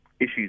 issues